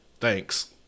thanks